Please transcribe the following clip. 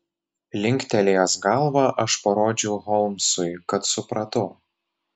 linktelėjęs galvą aš parodžiau holmsui kad supratau